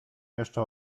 jeszcze